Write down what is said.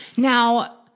Now